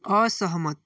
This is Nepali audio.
असहमत